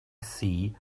see